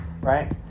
right